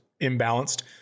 imbalanced